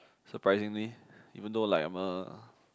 surprisingly even though like I'm a